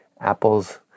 apples